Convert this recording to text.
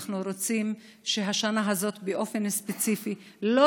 אנחנו רוצים שהשנה הזאת באופן ספציפי לא